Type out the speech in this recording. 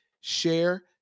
share